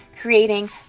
creating